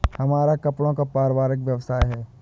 हमारा कपड़ों का पारिवारिक व्यवसाय है